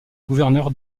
gouverneur